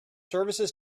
services